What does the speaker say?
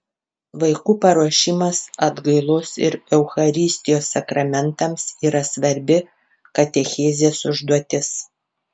vaikų paruošimas atgailos ir eucharistijos sakramentams yra svarbi katechezės užduotis